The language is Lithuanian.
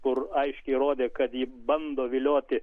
kur aiškiai rodė kad ji bando vilioti